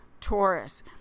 Taurus